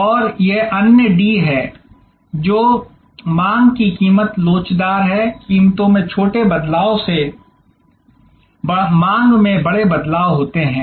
और यह अन्य डी है जो मांग की कीमत लोचदार है कीमतों में छोटे बदलाव से मांग में बड़े बदलाव होते हैं